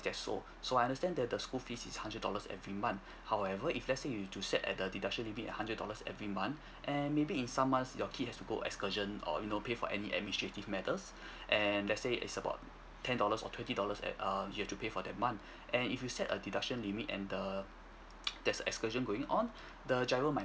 is that so so I understand that the school fees is hundred dollars every month however if let's say you were to set a deduction limit a hundred dollars every month and maybe in some months your kids have to go excursion or you know pay for any administrative matters and let's say it's about ten dollars or twenty dollars at um you have to pay for that month and if you set a deduction limit and the there's excursion going on the giro might